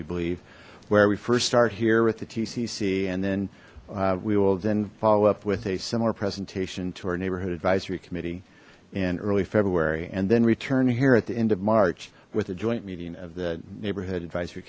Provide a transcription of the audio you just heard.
we believe where we first start here with the tcc and then we will then follow up with a similar presentation to our neighborhood advisory committee in early february and then return here at the end of march with a joint meeting of the neighborhood advisory